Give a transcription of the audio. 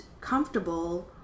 comfortable